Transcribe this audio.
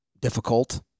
difficult